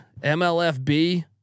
MLFB